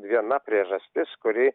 viena priežastis kuri